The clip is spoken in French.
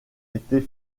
était